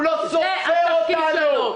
הוא לא סופר אותנו.